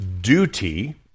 duty